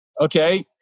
okay